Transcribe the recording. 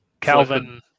Calvin